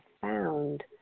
found